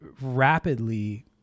rapidly